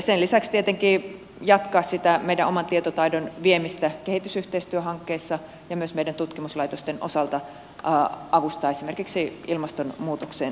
sen lisäksi tietenkin meidän tulee jatkaa sitä meidän oman tietotaitomme viemistä kehitysyhteistyöhankkeissa ja myös meidän tutkimuslaitostemme osalta avustaa esimerkiksi ilmastonmuutokseen sopeutumisessa